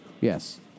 Yes